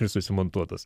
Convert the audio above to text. ir susimontuotos